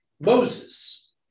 Moses